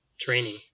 training